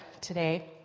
today